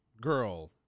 girl